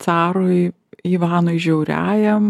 carui ivanui žiauriajam